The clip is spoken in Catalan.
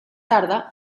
tarda